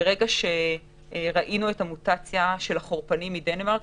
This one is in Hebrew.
ברגע שראינו את המוטציה של החורפנים מדנמרק,